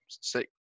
six